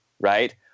right